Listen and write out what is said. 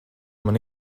mani